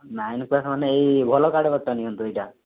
nine class ମାନେ ଏଇ ଭଲ କାର୍ଡ଼ ନିଅନ୍ତୁ ଏଇଟା